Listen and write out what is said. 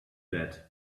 that